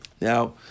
Now